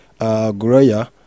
Guraya